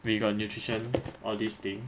we got nutrition all this thing